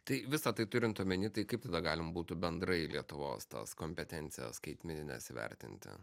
tai visa tai turint omeny tai kaip tada galima būtų bendrai lietuvos tas kompetencijas skaitmenines įvertinti